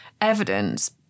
evidence